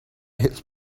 his